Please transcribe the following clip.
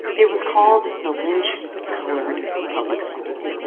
it was called the lynch colored public school.